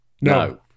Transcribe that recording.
No